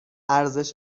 ارزش